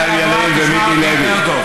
חיים ילין ומיקי לוי.